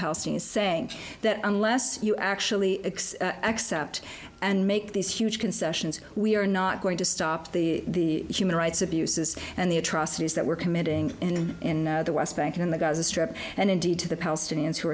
palestinians saying that unless you actually accept and make these huge concessions we are not going to stop the human rights abuses and the atrocities that we're committing in the west bank and the gaza strip and indeed to the palestinians who